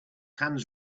hands